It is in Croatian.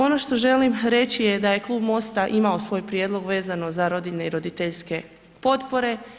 Ono što želim reći je da je Klub Mosta imao svoj prijedlog vezano za rodiljne i roditeljske potpore.